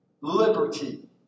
Liberty